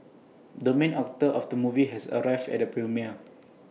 the main actor of the movie has arrived at the premiere